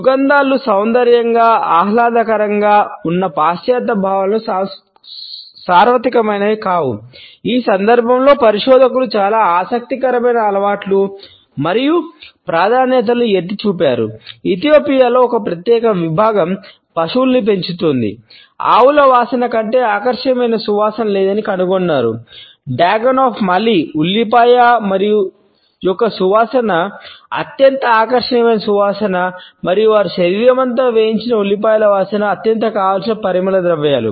సుగంధాలు సౌందర్యంగా ఆహ్లాదకరంగా ఉన్న పాశ్చాత్య భావనలు సార్వత్రికమైనవి ఉల్లిపాయ యొక్క సువాసన అత్యంత ఆకర్షణీయమైన సువాసన మరియు వారి శరీరమంతా వేయించిన ఉల్లిపాయల వాసన అత్యంత కావాల్సిన పరిమళ ద్రవ్యాలు